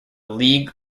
league